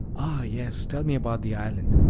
ah, yes tell me about the island.